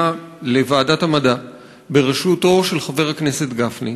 לוועדת המדע בראשותו של חבר הכנסת גפני,